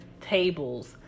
tables